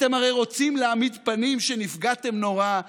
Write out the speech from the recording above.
אתם הרי רוצים להעמיד פנים שנפגעתם נורא,